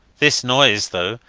this noise, though,